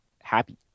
happy